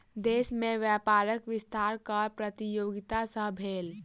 देश में व्यापारक विस्तार कर प्रतियोगिता सॅ भेल